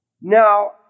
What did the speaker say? Now